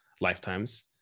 lifetimes